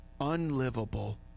unlivable